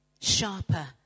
sharper